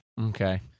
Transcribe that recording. Okay